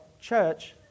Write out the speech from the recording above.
church